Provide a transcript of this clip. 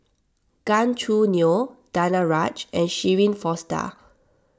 Gan Choo Neo Danaraj and Shirin Fozdar